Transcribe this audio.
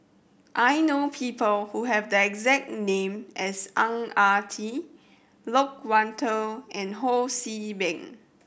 I know people who have the exact name as Ang Ah Tee Loke Wan Tho and Ho See Beng